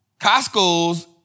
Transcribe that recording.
Costco's